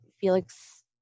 Felix